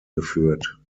geführt